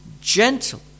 gentle